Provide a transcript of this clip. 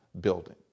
building